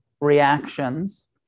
reactions